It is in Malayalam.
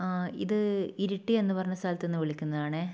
ആ ഇത് ഇരിട്ടി എന്ന് പറഞ്ഞ സ്ഥലത്തുനിന്ന് വിളിക്കുന്നതാണ്